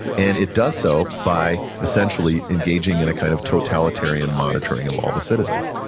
and it does so by essentially engaging in a kind of totalitarian monitoring of all the citizens.